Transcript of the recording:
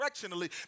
directionally